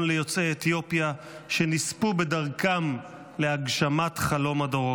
ליוצאי אתיופיה שנספו בדרכם להגשמת חלום הדורות.